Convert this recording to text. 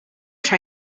try